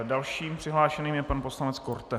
Dalším přihlášeným je pan poslanec Korte.